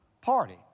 party